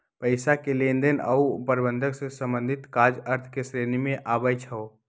पइसा के लेनदेन आऽ प्रबंधन से संबंधित काज अर्थ के श्रेणी में आबइ छै